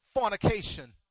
fornication